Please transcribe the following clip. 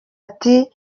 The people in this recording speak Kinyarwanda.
ati